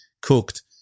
cooked